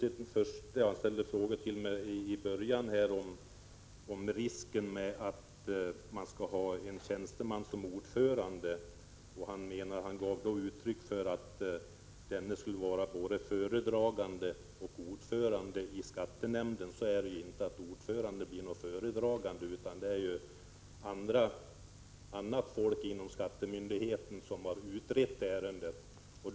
Stig Josefson ställde frågor till mig i början om det förhållandet att en tjänsteman är ordförande, och han ansåg att det finns risk för att denne skulle vara både föredragande och ordförande i skattenämnden. Nej, ordföranden blir inte föredragande, utan det är annat folk inom skattemyndigheten som har utrett ärendet.